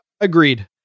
Agreed